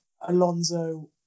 Alonso